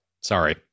sorry